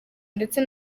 ndetse